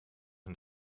and